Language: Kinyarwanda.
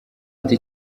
ati